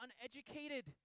uneducated